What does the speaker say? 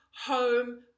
home